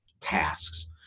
tasks